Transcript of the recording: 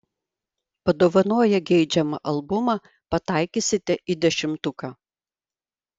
padovanoję geidžiamą albumą pataikysite į dešimtuką